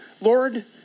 Lord